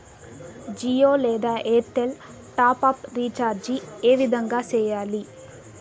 జియో లేదా Airtel top up recharge ఏ విధంగా సేయాలి